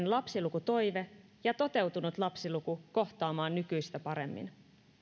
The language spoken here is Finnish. lapsilukutoive ja toteutunut lapsiluku kohtaamaan nykyistä paremmin